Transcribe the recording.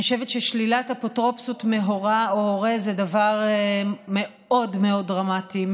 אני חושבת ששלילת אפוטרופסות מהורָה או הורה זה דבר מאוד מאוד דרמטי,